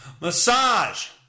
massage